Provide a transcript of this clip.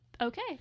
Okay